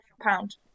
pound